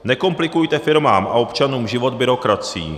Nekomplikujte firmám a občanům život byrokracií.